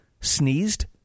sneezed